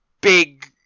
big